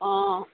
অঁ